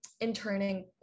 interning